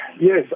yes